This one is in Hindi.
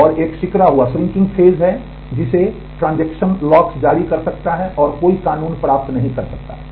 और एक सिकुड़ा हुआ फेज जारी कर सकता है और कोई कानून प्राप्त नहीं कर सकता है